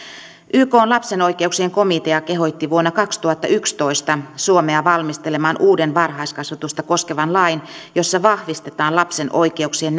ykn lapsen oikeuksien komitea kehotti vuonna kaksituhattayksitoista suomea valmistelemaan uuden varhaiskasvatusta koskevan lain jossa vahvistetaan lapsen oikeuksien